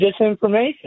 disinformation